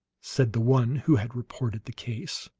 said the one who had reported the case.